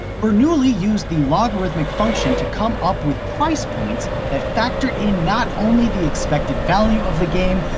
bernoulli used the logarithmic function to come up with price points that factored in not only the expected value of the game,